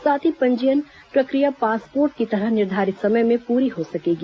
साथ ही पंजीयन प्रक्रिया पासपोर्ट की तरह निर्धारित समय में पूरी हो सकेगी